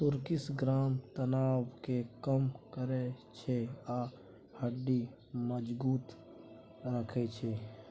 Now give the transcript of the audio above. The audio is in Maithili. तुर्किश ग्राम तनाब केँ कम करय छै आ हड्डी मजगुत करय छै